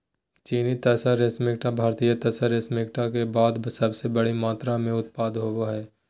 चीनी तसर रेशमकीट भारतीय तसर रेशमकीट के बाद सबसे बड़ी मात्रा मे उत्पादन होबो हइ